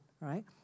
right